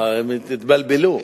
הם התבלבלו.